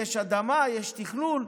יש אדמה, יש תכנון,